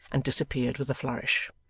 and disappeared with a flourish.